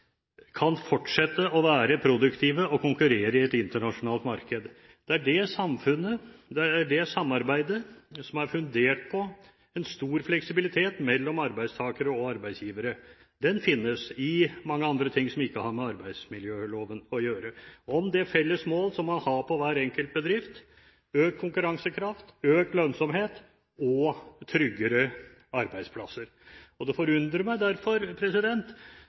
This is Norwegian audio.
kan fortsette å være produktive og konkurrere i et internasjonalt marked. Det er det samfunnet, det samarbeidet, som er fundert på en stor fleksibilitet mellom arbeidstakere og arbeidsgivere. Den finnes i mange andre ting som ikke har med arbeidsmiljøloven å gjøre – i det felles mål som man har på hver enkel bedrift: økt konkurransekraft, økt lønnsomhet og tryggere arbeidsplasser. Det forundrer meg derfor